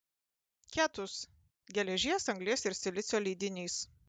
ketus geležies anglies ir silicio lydinys